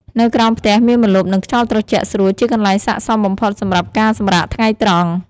នៅក្រោមផ្ទះមានម្លប់ និងខ្យល់ត្រជាក់ស្រួលជាកន្លែងសាកសមបំផុតសម្រាប់ការសម្រាកថ្ងៃត្រង់។